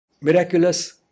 miraculous